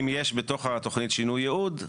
אם יש בתוך התוכנית שינוי ייעוד,